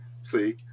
See